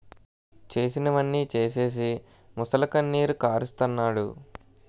చేసినవన్నీ సేసీసి మొసలికన్నీరు కారస్తన్నాడు